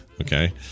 Okay